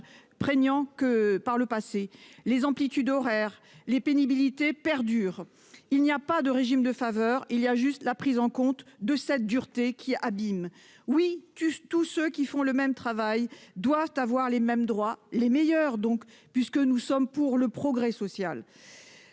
prégnants encore que par le passé, les amplitudes horaires et la pénibilité perdurent. Il n'y a donc pas de régime de faveur, il n'y a que la prise en compte de cette dureté, qui abîme. Oui, tous ceux qui font le même travail doivent avoir les mêmes droits et il doit s'agir des meilleurs droits possible, puisque nous sommes pour le progrès social.